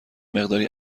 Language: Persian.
مقداری